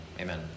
amen